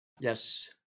Yes